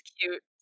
cute